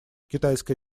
китайская